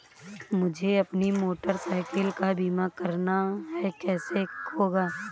मुझे अपनी motorcycle का बीमा करना है कैसे होगा?